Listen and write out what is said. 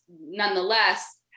nonetheless